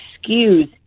excuse